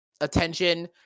attention